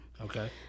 Okay